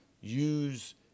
use